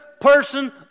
person